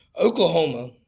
Oklahoma